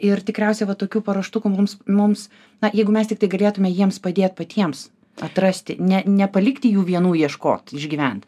ir tikriausia va tokių paruoštukų mums mums na jeigu mes tiktai galėtume jiems padėt patiems atrasti ne nepalikti jų vienų ieškot išgyvent